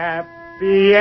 Happy